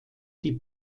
die